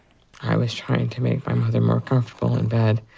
i was trying to make my mother more comfortable in bed,